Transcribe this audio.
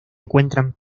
encuentran